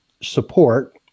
support